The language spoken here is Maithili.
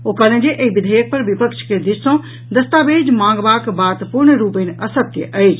ओ कहलनि जे एहि विधेयक पर विपक्ष के दिस सॅ दस्तावेज मांगबाक बात पूर्ण रूपेण असत्य अछि